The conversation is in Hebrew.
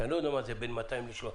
שאני לא יודע מה זה בין 200 ל-300 מיליון,